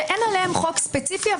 שאין עליהם חוק ספציפי,